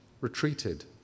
retreated